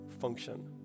function